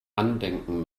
andenken